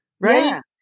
right